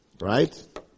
Right